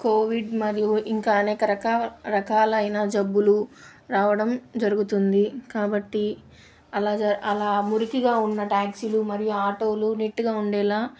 Covid మరియు ఇంకా అనేక రకాల రకాలైన జబ్బులు రావడం జరుగుతుంది కాబట్టి అలజ అలా మురికిగా ఉన్న ట్యాక్సీలు మరియు ఆటోలు నీట్టుగా ఉండేలా